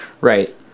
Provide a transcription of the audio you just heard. right